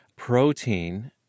protein